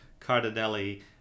cardinelli